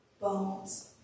bones